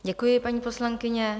Děkuji, paní poslankyně.